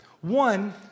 One